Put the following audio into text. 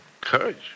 Courage